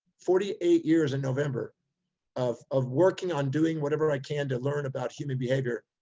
forty eight years in november of, of working on doing whatever i can to learn about human behavior,